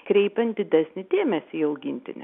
kreipiant didesnį dėmesį į augintinį